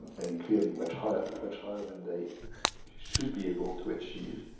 and clearly much higher much higher than they should be able to achieve.